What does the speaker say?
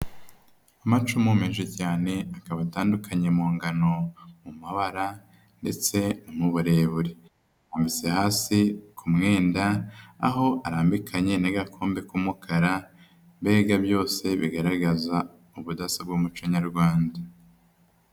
Amacumu menshi cyane, akaba atandukanye mu ngano, mu mabara ndetse no mu burebure, arambitse hasi ku mwenda, aho arambikanye n'agakombe k'umukara, mbega byose bigaragaza ubudasa bw'umuco nyarwanda.